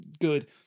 good